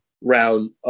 round